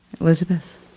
Elizabeth